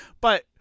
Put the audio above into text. But-